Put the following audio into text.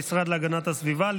המשרד להגנת הסביבה,